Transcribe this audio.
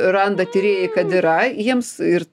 randa tyrėjai kad yra jiems ir